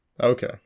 okay